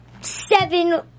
seven